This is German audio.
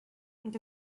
und